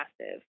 passive